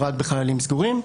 רק בחללים סגורים,